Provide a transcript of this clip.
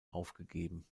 aufgegeben